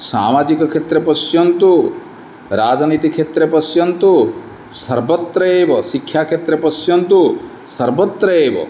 सामाजिकक्षेत्रे पश्यन्तु राजनीतिक्षेत्रे पश्यन्तु सर्वत्र एव शिक्षाक्षेत्रे पश्यन्तु सर्वत्र एव